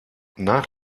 nach